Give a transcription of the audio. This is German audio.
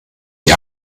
die